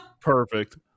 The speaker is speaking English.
perfect